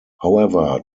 however